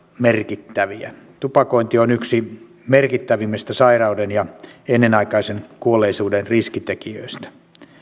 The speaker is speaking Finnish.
merkittäviä tupakointi on yksi merkittävimmistä sairauden ja ennenaikaisen kuolleisuuden riskitekijöistä